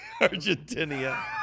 Argentina